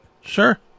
Sure